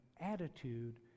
attitude